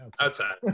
outside